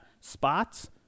spots